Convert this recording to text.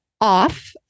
off